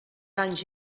anys